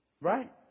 right